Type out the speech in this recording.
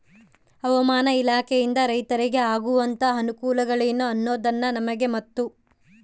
ಹವಾಮಾನ ಇಲಾಖೆಯಿಂದ ರೈತರಿಗೆ ಆಗುವಂತಹ ಅನುಕೂಲಗಳೇನು ಅನ್ನೋದನ್ನ ನಮಗೆ ಮತ್ತು?